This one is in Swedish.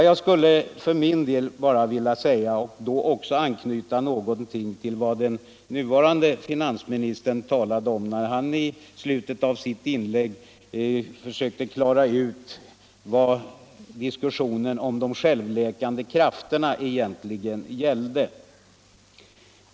Jag vill för min del svara genom att anknyta till vad den nuvarande finansministern sade när han i slutet av sitt inlägg försökte klara ut vad diskussionen om de självläkande krafterna egentligen gällde.